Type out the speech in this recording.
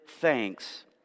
thanks